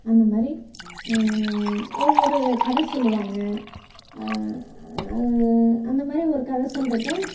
அந்த மாதிரி ஒவ்வொரு கதை சொல்லுவாங்க அந்த மாதிரி ஒரு கதை சொல்றப்போ